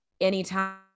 anytime